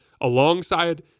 alongside